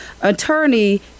Attorney